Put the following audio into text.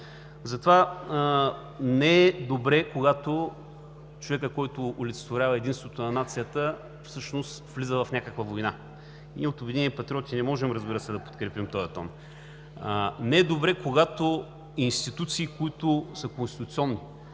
Затова не е добре, когато човекът, който олицетворява единството на нацията, всъщност влиза в някаква война. Ние от „Обединени патриоти“ не можем, разбира се, да подкрепим този тон. Не е добре, когато институции, които са конституционни,